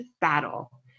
battle